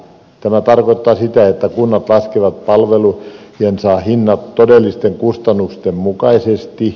tämä tarkoittaa sitä että kunnat laskevat palvelujensa hinnat todellisten kustannusten mukaisesti